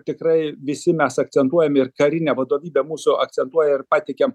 tikrai visi mes akcentuojam ir karinė vadovybė mūsų akcentuoja ir pateikiam